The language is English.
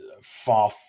Far